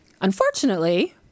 Unfortunately